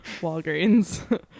Walgreens